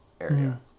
area